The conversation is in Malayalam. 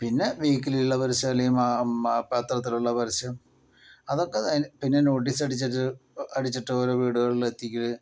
പിന്നെ വീക്കിലിയിൽ ഉള്ള പരസ്യം അല്ലെങ്കിൽ മാ മാ പത്രത്തിൽ ഉള്ള പരസ്യം അതൊക്കെ അതിൻ്റെ പിന്നെ നോട്ടീസ് അടിച്ചിട്ട് അടിച്ചിട്ട് ഓരോ വീടുകളിൽ എത്തിക്കൽ